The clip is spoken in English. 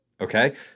okay